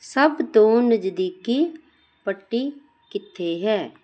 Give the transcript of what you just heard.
ਸਭ ਤੋਂ ਨਜ਼ਦੀਕੀ ਪੱਟੀ ਕਿੱਥੇ ਹੈ